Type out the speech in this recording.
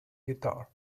guitar